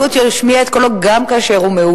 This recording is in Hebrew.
או שהדמוקרטיה זה מיעוט שמשמיע את קולו גם כאשר הוא מיעוט.